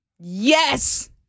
Yes